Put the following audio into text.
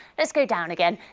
let's go down again